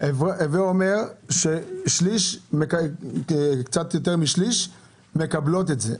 הווה אומר שקצת יותר משליש מקבלות את זה.